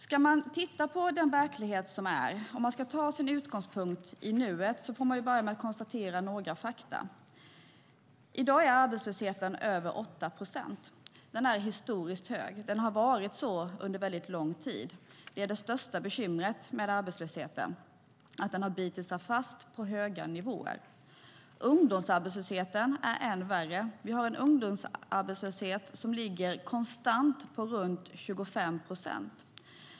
Om man ska titta på den verklighet som är och ta sin utgångspunkt i nuet får man börja med att konstatera några fakta. I dag är arbetslösheten över 8 procent. Den är historiskt hög; den har varit så under väldigt lång tid. Det är det största bekymret med arbetslösheten, att den har bitit sig fast på höga nivåer. Ungdomsarbetslösheten är än värre. Vi har en ungdomsarbetslöshet som ligger konstant på runt 25 procent.